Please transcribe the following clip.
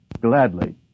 gladly